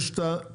יש את המכלול,